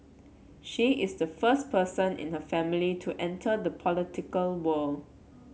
she is the first person in her family to enter the political world